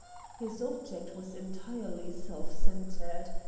his object was entirely self-centred.